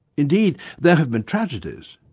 indeed there have been tragedies.